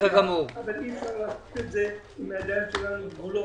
אבל אי אפשר לעשות את זה אם הידיים שלנו כבולות.